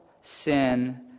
sin